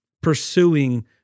pursuing